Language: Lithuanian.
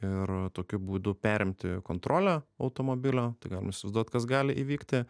ir tokiu būdu perimti kontrolę automobilio tai galim įsivaizduot kas gali įvykti